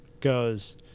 goes